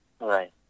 Right